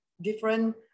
different